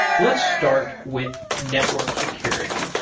let's start with network security.